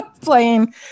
playing